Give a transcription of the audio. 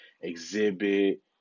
Exhibit